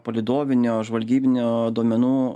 palydovinio žvalgybinių duomenų